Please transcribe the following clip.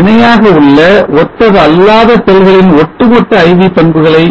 இணையாக உள்ள ஒத்ததல்லாத செல்களின் ஒட்டுமொத்த IV பண்புகளை